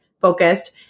focused